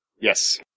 Yes